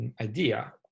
idea